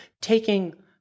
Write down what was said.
taking